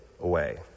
away